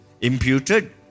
Imputed